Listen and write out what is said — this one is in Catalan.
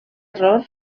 error